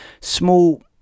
small